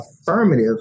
affirmative